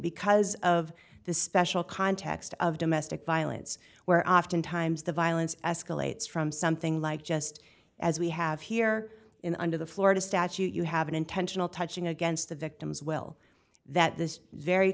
because of the special context of domestic violence where oftentimes the violence escalates from something like just as we have here in under the florida statute you have an intentional touching against the victim's will that this very